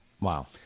Wow